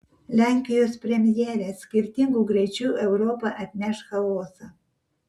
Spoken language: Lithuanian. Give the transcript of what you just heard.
lenkijos premjerė skirtingų greičių europa atneš chaosą